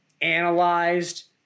analyzed